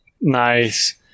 Nice